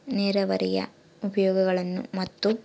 ನೇರಾವರಿಯ ಉಪಯೋಗಗಳನ್ನು ಮತ್ತು?